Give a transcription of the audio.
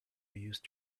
use